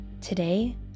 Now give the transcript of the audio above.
Today